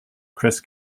chris